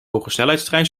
hogesnelheidstrein